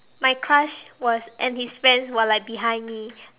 my crush was and his friends were like behind me